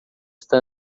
está